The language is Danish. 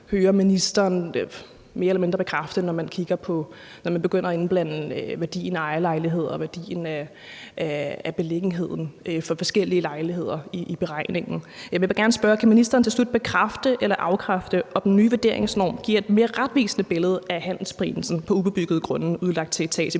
hører ministeren mere eller mindre bekræfte, når man begynder at indblande værdien af ejerlejligheder og værdien af beliggenheden for forskellige lejligheder i beregningen. Jeg vil gerne spørge, om ministeren til slut kan bekræfte eller afkræfte, om den nye vurderingsnorm giver et mere retvisende billede af handelsprisen på ubebyggede grunde udlagt til etagebebyggelse